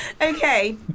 Okay